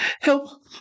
Help